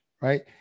right